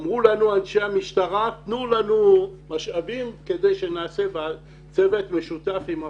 אנשי המשטרה ביקשו משאבים על מנת להקים צוות משותף עם הפרקליטות.